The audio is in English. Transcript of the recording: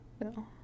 no